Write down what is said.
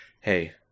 Hey